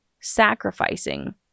sacrificing